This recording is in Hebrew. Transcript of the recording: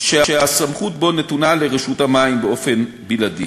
שהסמכות בו נתונה לרשות המים באופן בלעדי.